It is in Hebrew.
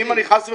מה זה "שתבין"?